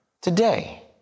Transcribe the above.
today